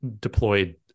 deployed